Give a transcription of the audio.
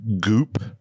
Goop